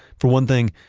for one thing,